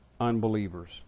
unbelievers